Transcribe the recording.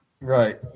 Right